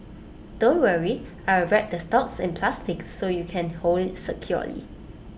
don't worry I will wrap the stalks in plastic so you can hold IT securely